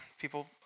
people